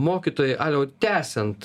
mokytojai aliau tęsiant